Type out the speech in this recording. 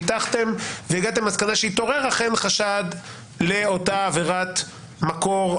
ניתחתם והגעתם למסקנה שהתעורר חשד לאותה עבירת מקור,